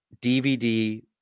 DVD